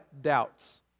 doubts